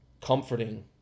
comforting